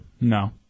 No